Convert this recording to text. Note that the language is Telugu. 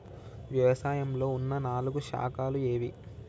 వ్యవసాయంలో ఉన్న నాలుగు శాఖలు ఏవి?